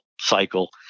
cycle